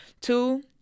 Two